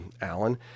Alan